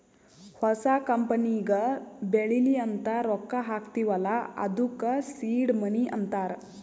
ಹೊಸ ಕಂಪನಿಗ ಬೆಳಿಲಿ ಅಂತ್ ರೊಕ್ಕಾ ಹಾಕ್ತೀವ್ ಅಲ್ಲಾ ಅದ್ದುಕ ಸೀಡ್ ಮನಿ ಅಂತಾರ